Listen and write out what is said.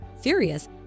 furious